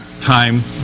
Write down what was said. time